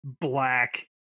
black